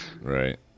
Right